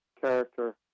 character